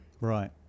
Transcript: Right